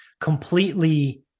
completely